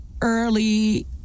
early